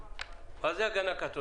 מי ישיג על זה?